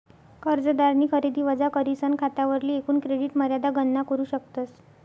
कर्जदारनी खरेदी वजा करीसन खातावरली एकूण क्रेडिट मर्यादा गणना करू शकतस